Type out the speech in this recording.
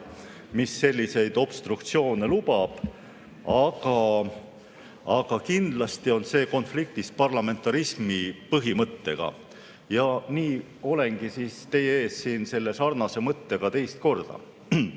mis selliseid obstruktsioone lubab, aga kindlasti on see konfliktis parlamentarismi põhimõttega. Ja nii olengi siin teie ees selle sarnase mõttega teist korda. Selle